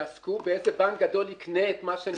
יעסקו באיזה בנק גדול יקנה את מה שנשאר ממנו.